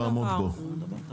זה שום דבר.